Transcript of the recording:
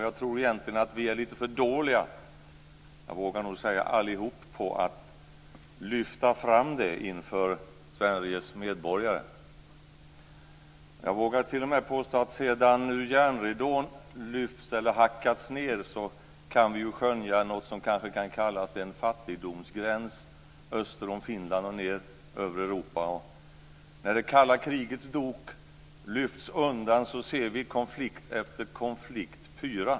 Jag tror egentligen att vi är lite för dåliga - jag vågar nog säga allihop - på att lyfta fram detta inför Sveriges medborgare. Jag vågar t.o.m. påstå att sedan järnridån hackats ned kan vi skönja något som kanske kan kallas en fattigdomsgräns öster om Finland och ned över Europa. När det kalla krigets dok lyfts undan ser vi också konflikt efter konflikt pyra.